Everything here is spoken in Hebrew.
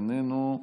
איננו,